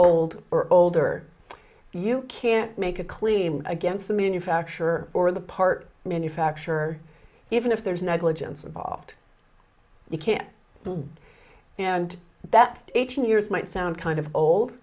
old or older you can't make a clean against the manufacturer or the part manufacturer even if there's negligence involved you can't and that eighteen years might sound kind of old